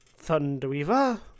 Thunderweaver